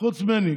חוץ ממני.